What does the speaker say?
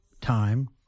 time